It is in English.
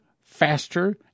faster